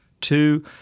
Two